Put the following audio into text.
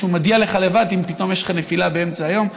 שהוא מודיע לך לבד אם פתאום יש לך נפילה באמצע היום.